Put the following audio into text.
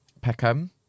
Peckham